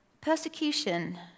Persecution